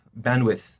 bandwidth